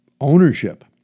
ownership